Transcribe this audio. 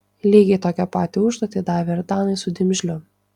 lygiai tokią pat užduotį davė ir danai su dimžliu